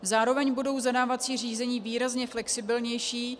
Zároveň budou zadávací řízení výrazně flexibilnější.